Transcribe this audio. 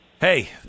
Hey